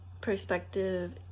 perspective